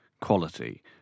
quality